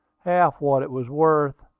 half what it was worth,